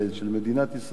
של מדינת ישראל,